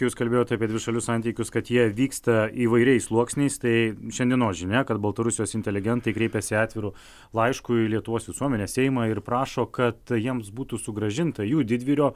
jūs kalbėjot apie dvišalius santykius kad jie vyksta įvairiais sluoksniais tai šiandienos žinia kad baltarusijos inteligentai kreipėsi atviru laišku į lietuvos visuomenę seimą ir prašo kad jiems būtų sugrąžinta jų didvyrio